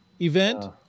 event